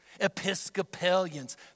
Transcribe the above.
Episcopalians